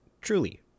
Truly